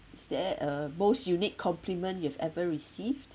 is there a most unique compliment you've ever received